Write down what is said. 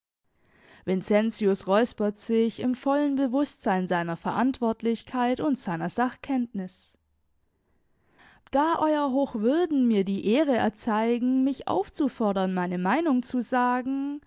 vincentius räuspert sich im vollen bewußtsein seiner verantwortlichkeit und seiner sachkenntnis da euer hochwürden mir die ehre erzeigen mich aufzufordern meine meinung zu sagen